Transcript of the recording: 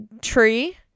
tree